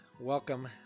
Welcome